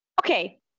Okay